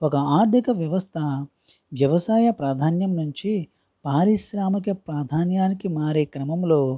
ఒక ఆర్థిక వ్యవస్థ వ్యవసాయ ప్రాధాన్యం నుంచి పారిశ్రామిక ప్రాధాన్యానికి మారే క్రమములో